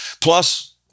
Plus